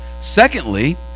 Secondly